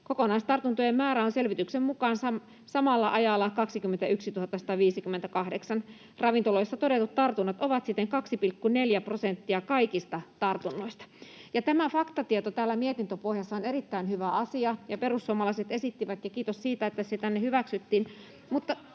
Kokonaistartuntojen määrä on selvityksen mukaan samalla ajalla 21 158. Ravintoloissa todetut tartunnat ovat siten 2,4 prosenttia kaikista tartunnoista.” Tämä faktatieto täällä mietintöpohjassa on erittäin hyvä asia, ja perussuomalaiset sitä esittivät, ja kiitos siitä, että se tänne hyväksyttiin.